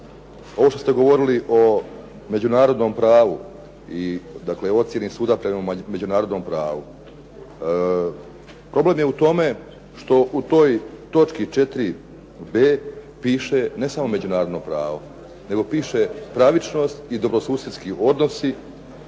ovo što ste govorili o međunarodnom pravu i dakle ocjeni suda prema međunarodnom pravu. Problem je u tome što u toj točki 4.b piše ne samo međunarodno pravo nego piše pravičnost i dobrosusjedski odnosi